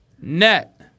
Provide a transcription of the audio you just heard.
net